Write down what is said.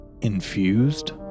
infused